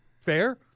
fair